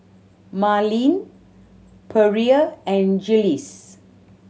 Marlene Perla and Jiles